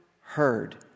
heard